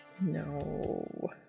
No